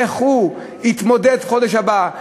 איך הוא יתמודד בחודש הבא?